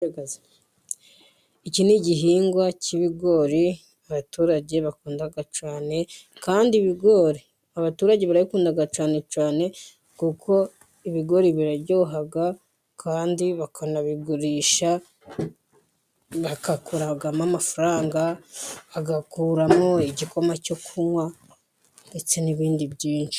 Iki ni igihingwa cy'ibigori abaturage bakunda cyane kandi ibigori abaturage bakunda cyane cyane kuko ibigori biraryoha kandi bakanabigurisha bagakuramo amafaranga, agakuramo igikoma cyo kunywa ndetse n'ibindi byinshi.